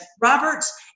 Roberts